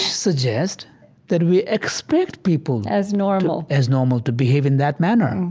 suggests that we expect people, as normal as normal, to behave in that manner.